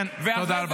כן, תודה רבה.